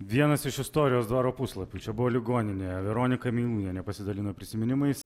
vienas iš istorijos dvaro puslapių čia buvo ligoninė veronika meilūnienė pasidalino prisiminimais